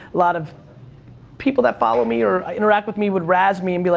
lot of people that follow me, or interact with me would razz me, and be like,